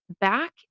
back